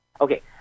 Okay